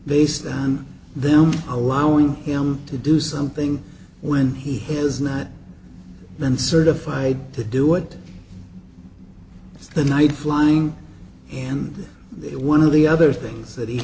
stand them allowing him to do something when he has not been certified to do it the night flying and one of the other things that he